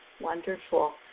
Wonderful